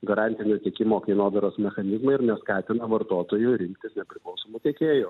garantinio tiekimo kainodaros mechanizmą ir neskatina vartotojų rinktis nepriklausomų tiekėjų